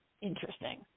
interesting